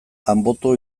anboto